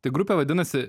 tai grupė vadinasi